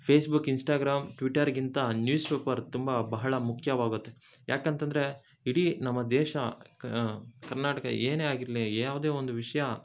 Facebook Instagram ಟ್ವಿಟರ್ಗಿಂತ newspaper ತುಂಬ ಬಹಳ ಮುಖ್ಯವಾಗತ್ತೆ ಯಾಕಂತಂದರೆ ಇಡೀ ನಮ್ಮ ದೇಶ ಕರ್ನಾಟಕ ಏನೇ ಆಗಿರಲಿ ಯಾವುದೇ ಒಂದು ವಿಷಯ